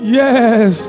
yes